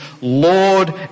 Lord